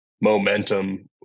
momentum